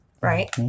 right